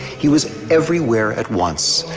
he was everywhere at once,